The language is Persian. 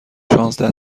شانزده